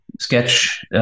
sketch